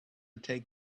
take